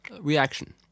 reaction